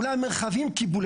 אולי המרחבים קיבלו.